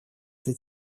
этой